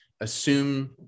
assume